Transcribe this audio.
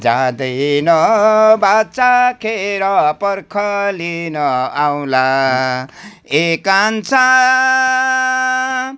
जाँदैन वाचा खेर पर्ख लिन आउँला ए कान्छा